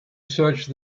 search